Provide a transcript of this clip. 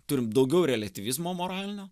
turim daugiau reliatyvizmo moralinio